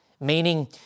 meaning